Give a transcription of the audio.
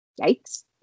yikes